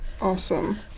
Awesome